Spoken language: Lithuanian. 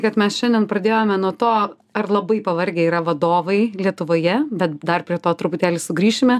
kad mes šiandien pradėjome nuo to ar labai pavargę yra vadovai lietuvoje bet dar prie to truputėlį sugrįšime